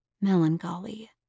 melancholy